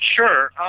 Sure